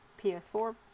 PS4